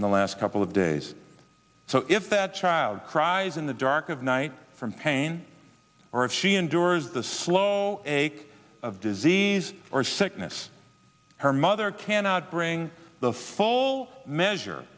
in the last couple of days so if that child cries in the dark of night from pain or if she endures the slow ache of disease or sickness her mother cannot bring the full measure